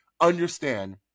understand